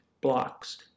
blocks